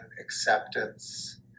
acceptance